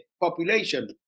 population